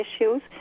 issues